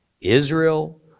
Israel